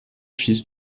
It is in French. fils